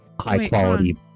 high-quality